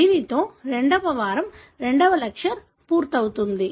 దీనితో రెండవ వారం రెండవ లెక్చర్ పూర్తి అవుతుంది